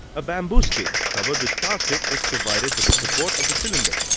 a bamboo stick covered with plastic is provided for the support of the cylinder.